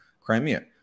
Crimea